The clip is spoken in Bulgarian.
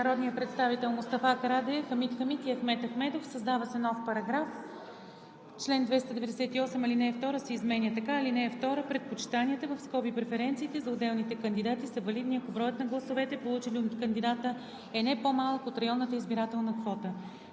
народния представител Мустафа Карадайъ, Хамид Хамид и Ахмед Ахмедов: „Създава се нов §…: „Чл. 298, ал. 2 се изменя така: „(2) Предпочитанията (преференциите) за отделните кандидати са валидни, ако броят на гласовете, получени за кандидата, е не по-малък от районната избирателна квота.“